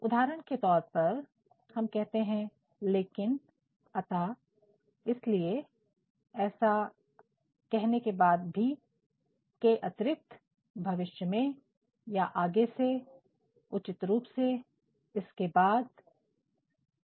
उदाहरण के तौर पर हम कहते हैं 'लेकिन' 'अतः' 'इसलिए' 'ऐसा कहने के बाद भी' 'के अतिरिक्त' 'भविष्य में' या 'आगे से' ' उचित" इसके बाद'